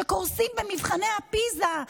שקורסים במבחני פיז"ה,